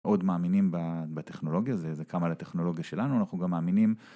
מאוד מאמינים בטכנולוגיה, זה קם על הטכנולוגיה שלנו, אנחנו גם מאמינים.